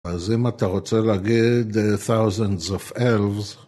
אז אם אתה רוצה להגיד thousands of elves